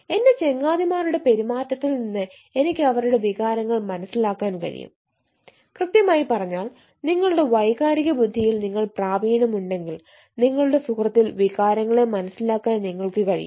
എന്റെ ചങ്ങാതിമാരുടെ പെരുമാറ്റത്തിൽ നിന്ന് എനിക്ക് അവരുടെ വികാരങ്ങൾ മനസിലാക്കാൻ കഴിയും കൃത്യമായി പറഞ്ഞാൽ നിങ്ങളുടെ വൈകാരിക ബുദ്ധിയിൽ നിങ്ങൾ പ്രാവീണ്യം ഉണ്ടെങ്കിൽ നിങ്ങളുടെ സുഹൃത്തിന്റെ വികാരങ്ങളെ മനസിലാക്കാൻ നിങ്ങൾക്ക് കഴിയും